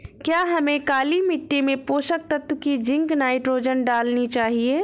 क्या हमें काली मिट्टी में पोषक तत्व की जिंक नाइट्रोजन डालनी चाहिए?